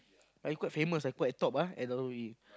like he quite famous ah quite at top ah at W_W_E